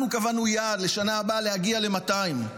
אנחנו קבענו יעד לשנה הבאה להגיע ל-200.